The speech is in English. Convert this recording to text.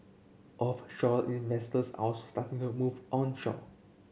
offshore investors are also starting to move onshore